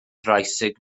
dreißig